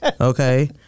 Okay